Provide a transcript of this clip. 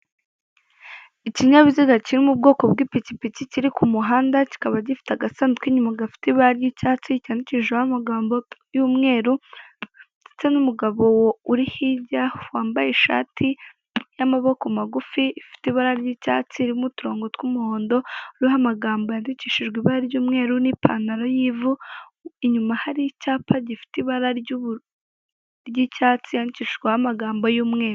Ikinyabiziga kiri m'ubwoko bw'ipikipiki kiri k'umuhanda kikaba gifite agasuku inyuma gafite ibara ry'icyatsi cyandikishijeho amagambo y'umweru, ndetse n'umugabo uri hirya wambaye ishati y'amaboko magufi ifite ibara ry'icyatsi irimo uturungo tw'umuhondo iriho amagambo yandikishijwe ibara ry'umweru n'ipantaro y'ivu, inyuma hari icyapa gifite ibara ry'icyatsi yandikishijweho amagambo y'umweru.